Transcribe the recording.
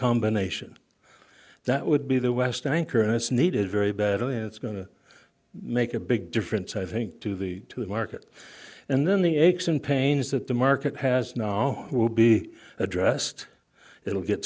combination that would be the west anchor and it's needed very badly and it's going to make a big difference i think to the to the market and then the aches and pains that the market has now will be addressed it will get